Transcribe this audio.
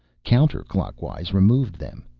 counterclockwise removed them.